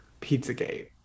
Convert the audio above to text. Pizzagate